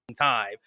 time